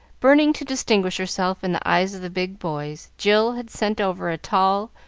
burning to distinguish herself in the eyes of the big boys, jill had sent over a tall,